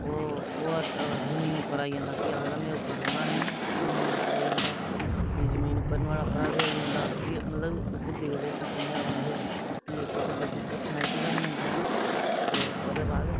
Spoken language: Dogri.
ओह् जमीन उप्पर आई जंदा आखदा में उप्पर रौह्ना नेईं ऐ फ्ही जमीन उप्पर आई जंदा फ्ही जमीन उप्पर नुआढ़ा भ्रा बी आई जंदा फ्ही मतलब उत्थै दिखदे कि कि'यां रौंह्दे फ्ही उत्थै इक बड़ी पर्सनैलिटी बनी जंदा ओह् तो ओह्दे बाद